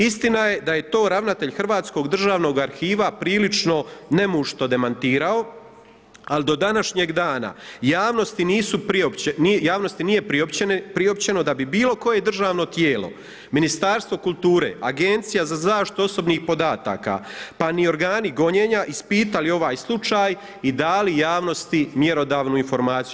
Istina je da je to ravnatelj Hrvatskog državnog arhiva prilično nemušto demantirao, ali do današnjeg dana javnosti nije priopćeno da bi bilo koje državno tijelo Ministarstvo kulture, Agencija za zaštitu osobnih podataka pa ni organi gonjenja ispitali ovaj slučaj i dali javnosti mjerodavnu informaciju.